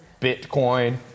Bitcoin